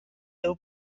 اون